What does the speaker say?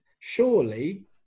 surely